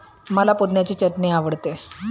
मला पुदिन्याची चटणी आवडते